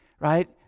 right